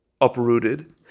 uprooted